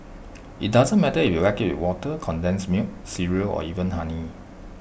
IT doesn't matter if you like IT with water condensed milk cereal or even honey